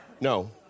No